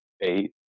eight